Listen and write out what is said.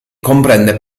comprende